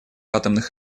атомных